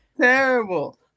terrible